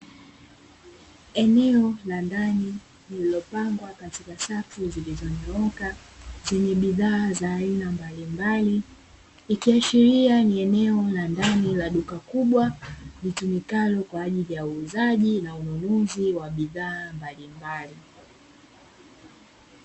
Eneo la ndani lilopangwa katika safu zilizonyooka, zenye bidhaa za aina mbalimbali ikiashiria ni eneo la ndani la duka kubwa, litumikalo kwa ajili ya uuzaji na ununuzi wa bidhaa mbalimbali.